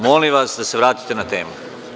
Molim vas da se vratite na temu.